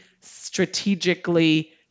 strategically